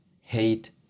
hate